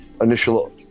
initial